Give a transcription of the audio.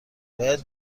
باید